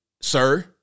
sir